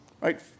Right